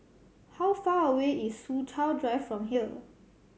how far away is Soo Chow Drive from here